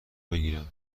بگیرم